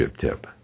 tip